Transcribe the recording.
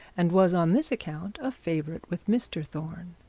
and was on this account a favourite with mr thorne.